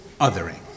othering